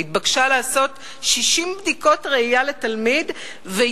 היא התבקשה לעשות 60 בדיקות ראייה לתלמידים ביום עבודה אחד,